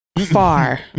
far